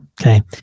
Okay